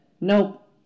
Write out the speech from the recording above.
Nope